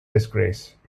disgrace